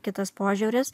kitas požiūris